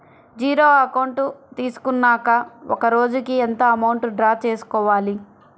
Zero account తీసుకున్నాక ఒక రోజుకి ఎంత అమౌంట్ డ్రా చేసుకోవాలి?